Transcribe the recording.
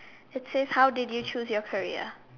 it says how did you choose your career